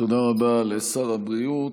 תודה רבה לשר הבריאות.